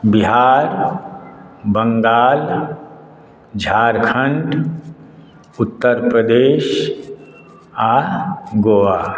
बिहार बंगाल झारखण्ड उत्तरप्रदेश आ गोवा